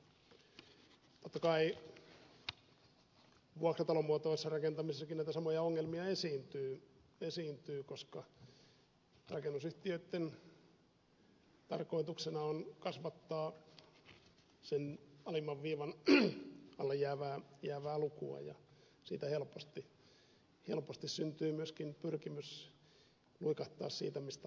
totta kai vuokratalomuotoisessa rakentamisessakin näitä samoja ongelmia esiintyy koska rakennusyhtiöitten tarkoituksena on kasvattaa sen alimman viivan alle jäävää lukua ja siitä helposti syntyy myöskin pyrkimys luikahtaa siitä mistä aita on matalin